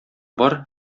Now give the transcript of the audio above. бар